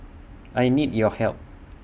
I need your help